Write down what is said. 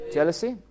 Jealousy